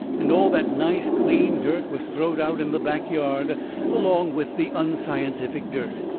and all that nice clean dirt was throwed out in the back yard along with the unscientific dirt.